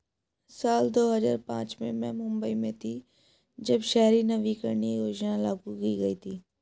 साल दो हज़ार पांच में मैं मुम्बई में थी, जब शहरी नवीकरणीय योजना लागू की गई थी